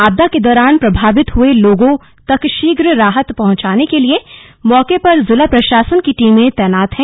आपदा के दौरान प्राभावित हुए लोगों तक शीघ्र राहत पहुंचाने के लिए मौके पर जिला प्रशासन की टीमें तैनात हैं